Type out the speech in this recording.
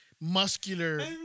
muscular